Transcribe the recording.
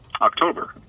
October